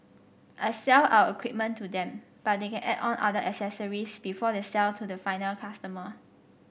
I sell our equipment to them but they can add on other accessories before they sell to the final customer